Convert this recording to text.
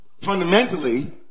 Fundamentally